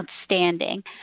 outstanding